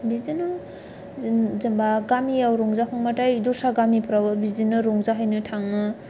बिदिनो जेनेबा गामियाव रंजाखांबाथाय दस्रा गामिफ्राव बिदिनो रंजा हैनो थाङो